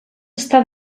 està